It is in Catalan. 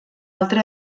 altra